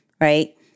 right